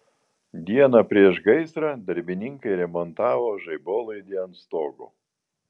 dieną prieš gaisrą darbininkai remontavo žaibolaidį ant stogo